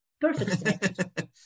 perfect